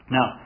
Now